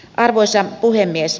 arvoisa puhemies